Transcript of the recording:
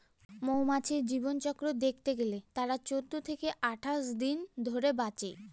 মৌমাছির জীবনচক্র দেখতে গেলে তারা চৌদ্দ থেকে আঠাশ দিন ধরে বাঁচে